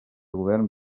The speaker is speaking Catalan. govern